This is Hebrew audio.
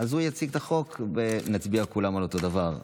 אז הוא יציג את החוק ונצביע כולם על אותו דבר.